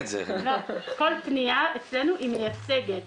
אבל כל פנייה אצלנו מייצגת.